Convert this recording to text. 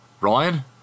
ryan